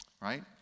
right